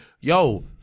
yo